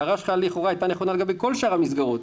ההערה שלך לכאורה הייתה נכונה גם בכל שאר המסגרות.